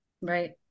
Right